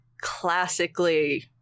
classically